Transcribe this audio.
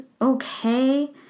okay